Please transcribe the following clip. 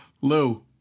Lou